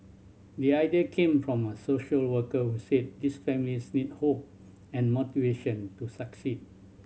the idea came from a social worker were said these families need hope and motivation to succeed